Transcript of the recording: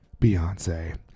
beyonce